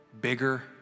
bigger